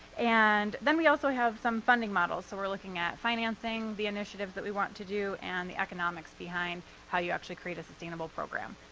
and then we also have some funding models. so we're looking at financing, the initiatives that we want to do, and the economics behind how you actually create a sustainable program.